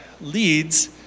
leads